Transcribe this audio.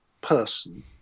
person